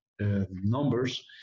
Numbers